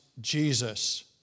Jesus